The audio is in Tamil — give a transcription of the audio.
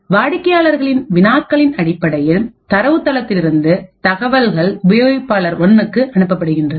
வாடிக்கையாளர்களின் வினாக்களின் அடிப்படையில் தரவுத்தளத்தில் இருந்து தகவல்கள் உபயோகிப்பாளர் 1க்கு அனுப்பப்படுகின்றது